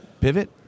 pivot